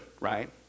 Right